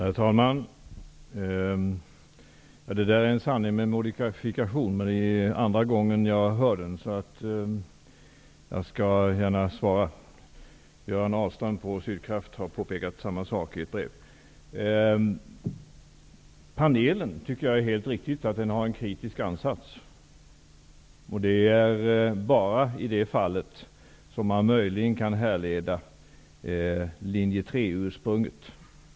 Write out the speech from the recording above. Herr talman! Detta är en sanning med modifikation. Men det är andra gången som jag hör den. Jag skall gärna svara. Göran Ahlström på Sydkraft har påpekat samma sak i ett brev. Jag tycker att det är helt riktigt att panelen har en kritisk ansats. Det är bara i det fallet som man möjligen kan härleda linje 3-ursprunget.